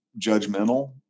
judgmental